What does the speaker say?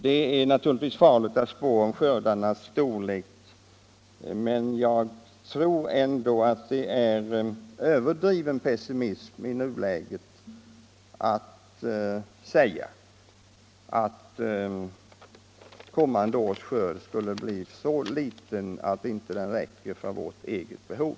Det är naturligtvis vanskligt att spå om skördarnas storlek, men jag tror ändå att det är överdriven pessimism i nuläget att säga att kommande års skörd skulle bli så liten att den inte räcker för vårt eget behov.